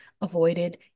avoided